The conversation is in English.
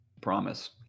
Promise